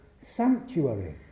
sanctuary